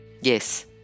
Yes